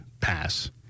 pass